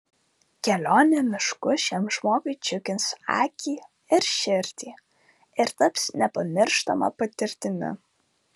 kelionė mišku šiam žmogui džiugins akį ir širdį ir taps nepamirštama patirtimi